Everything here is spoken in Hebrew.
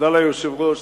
תודה ליושב-ראש.